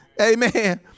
Amen